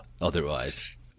otherwise